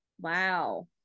wow